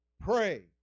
pray